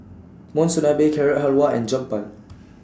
Monsunabe Carrot Halwa and Jokbal